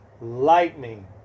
lightning